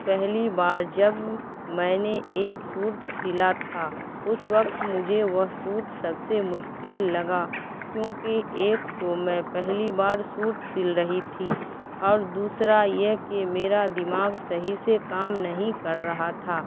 پہلی بار جب میں نے ایک سوٹ سلا تھا اس وقت مجھے وہ سوٹ سب سے مشکل لگا کیونکہ ایک تو میں پہلی بار سوٹ سل رہی تھی اور دوسرا یہ کہ میرا دماغ صحیح سے کام نہیں کر رہا تھا